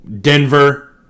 Denver